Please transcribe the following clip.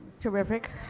terrific